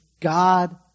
God